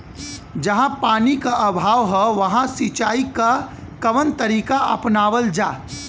जहाँ पानी क अभाव ह वहां सिंचाई क कवन तरीका अपनावल जा?